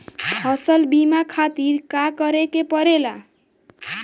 फसल बीमा खातिर का करे के पड़ेला?